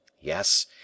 Yes